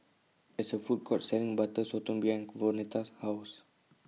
There IS A Food Court Selling Butter Sotong behind Vonetta's House